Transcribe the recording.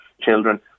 children